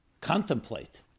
contemplate